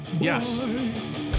Yes